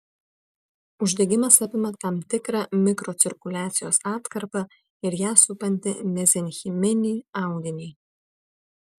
uždegimas apima tam tikrą mikrocirkuliacijos atkarpą ir ją supantį mezenchiminį audinį